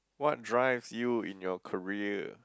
what drives you in your career